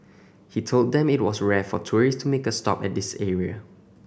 he told them it was rare for tourists to make a stop at this area